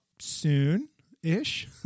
soon-ish